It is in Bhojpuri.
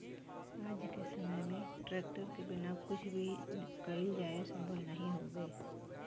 आज के समय में ट्रेक्टर के बिना कुछ भी कईल जाये संभव नाही हउवे